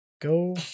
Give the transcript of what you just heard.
go